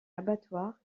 abattoir